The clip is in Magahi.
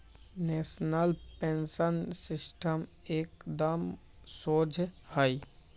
नेशनल पेंशन सिस्टम एकदम शोझ हइ